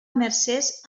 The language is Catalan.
mercès